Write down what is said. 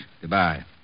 Goodbye